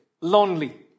lonely